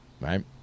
right